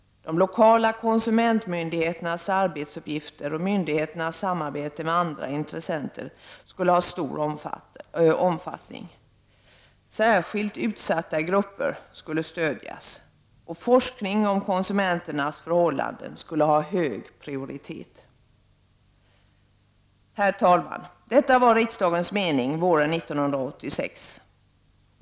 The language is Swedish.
De lokala konsumentmyndigheternas arbetsuppgifter och myndigheternas samarbete med andra intressenter skulle ha stor omfattning. Särskilt utsatta grupper skulle stödjas. Forskning om konsumenternas förhållanden skulle ha hög prioritet. Herr talman! Detta var riksdagens mening våren 1986.